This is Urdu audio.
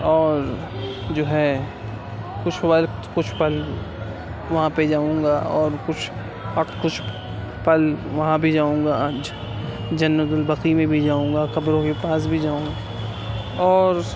اور جو ہے کچھ وقت کچھ پل وہاں پہ جاؤں گا اور کچھ وقت کچھ پل وہاں بھی جاؤں گا جنت البقیع میں بھی جاؤں گا قبروں کے پاس بھی جاؤں گا اور